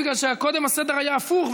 בגלל שקודם הסדר היה הפוך,